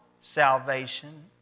salvation